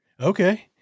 Okay